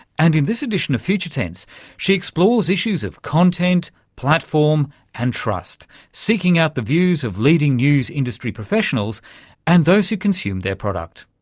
and in this edition of future tense she explores issues of content, platform and trust seeking out the views of leading news industry professionals and those who consume their product,